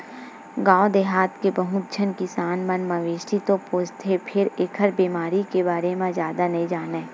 गाँव देहाथ के बहुत झन किसान मन मवेशी तो पोसथे फेर एखर बेमारी के बारे म जादा नइ जानय